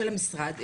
של המשרד,